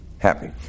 Happy